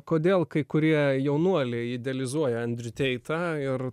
kodėl kai kurie jaunuoliai idealizuoja andrių teitą ir